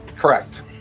correct